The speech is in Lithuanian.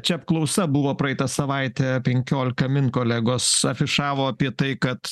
čia apklausa buvo praeitą savaitę penkiolika min kolegos afišavo apie tai kad